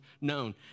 known